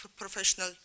professional